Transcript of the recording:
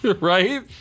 Right